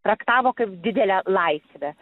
traktavo kaip didelę laisvę